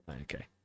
Okay